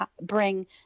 bring